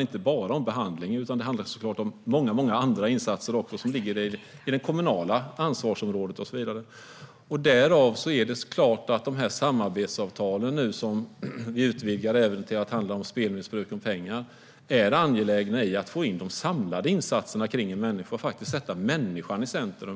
inte bara handlar om behandling, utan även om många andra insatser som ligger inom det kommunala ansvarsområdet. Därför är det angeläget att i ett samlat grepp få in insatserna för människor i de samarbetsavtal som vi nu utvidgar till att handla om även missbruk av spel om pengar. Vi måste sätta människan i centrum.